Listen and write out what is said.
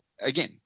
again